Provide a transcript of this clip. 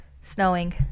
snowing